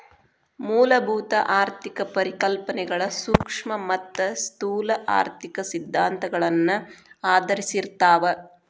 ಮೂಲಭೂತ ಆರ್ಥಿಕ ಪರಿಕಲ್ಪನೆಗಳ ಸೂಕ್ಷ್ಮ ಮತ್ತ ಸ್ಥೂಲ ಆರ್ಥಿಕ ಸಿದ್ಧಾಂತಗಳನ್ನ ಆಧರಿಸಿರ್ತಾವ